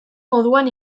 moduan